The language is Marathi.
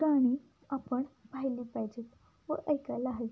गाणी आपण पाहिली पाहिजेत व ऐकायला आहे